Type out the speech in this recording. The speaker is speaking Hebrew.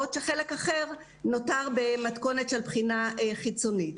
בעוד שחלק אחר נותר במתכונת של בחינה חיצונית.